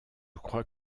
crois